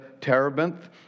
terebinth